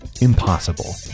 impossible